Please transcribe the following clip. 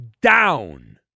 down